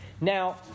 Now